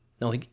no